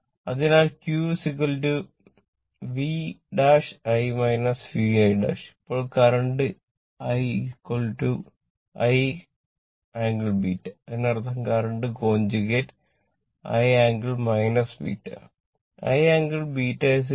അതിനാൽ Q v i v i ഇപ്പോൾ current I ∟ β ഇതിനർത്ഥം കറന്റ് കൊഞ്ചുഗേറ്റ് I ∟ β